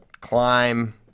climb